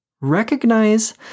recognize